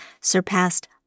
surpassed